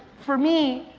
for me,